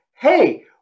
hey